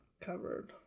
covered